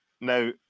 Now